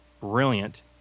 Brilliant